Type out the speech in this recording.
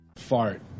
fart